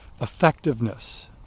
effectiveness